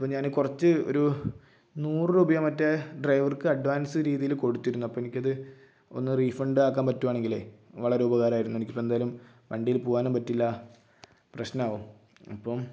അപ്പോൾ ഞാന് കുറച്ച് ഒരു നൂറ് രൂപയോ മറ്റോ ഡ്രൈവർക്ക് അഡ്വാൻസ് രീതിയില് കൊടുത്തിരുന്നു അപ്പോൾ എനിക്ക് അത് ഒന്ന് റീഫണ്ട് ആക്കാൻ പറ്റുവാണെങ്കിലേ വളരെ ഉപകാരായിരുന്നു എനിക്ക് ഇപ്പോൾ എന്തായാലും വണ്ടിയിൽ പോകാനും പറ്റില്ല പ്രശ്നമാകും അപ്പം